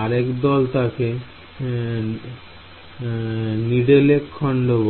আরেকদল তাকে নিডেলেক খন্ড বলে